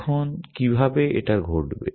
এখন কিভাবে এটা ঘটবে